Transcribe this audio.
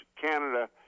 Canada